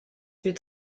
fut